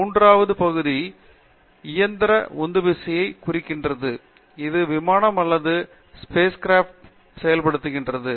மூன்றாவது பகுதி இயந்திர உந்துவிசையை குறிக்கிறது இது விமானம் அல்லது ஸ்பேஸ் கிராஃப்டை செயல்படுத்துகிறது